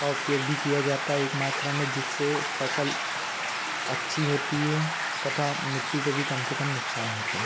का उपयोग भी किया जाता है एक मात्रा में जिससे फसल अच्छी होती है तथा मिट्टी को भी कम से कम नुकसान होता है